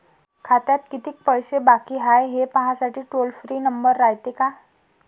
खात्यात कितीक पैसे बाकी हाय, हे पाहासाठी टोल फ्री नंबर रायते का?